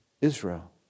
Israel